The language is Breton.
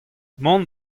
mont